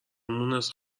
مونس